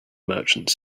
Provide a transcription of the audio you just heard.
merchant